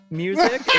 music